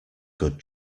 good